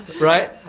Right